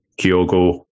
Kyogo